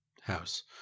house